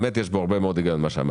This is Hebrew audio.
באמת יש הרבה מאוד הגיון במה שאמרתם,